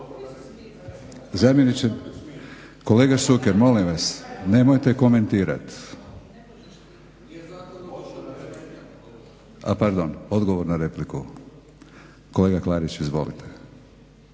zamjeniče. Kolega Šuker molim vas nemojte komentirati. Pardon, odgovor na repliku. Kolega Klarić izvolite.